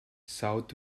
south